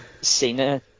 Cena